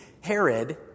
Herod